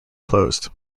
closed